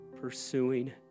pursuing